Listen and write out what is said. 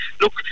look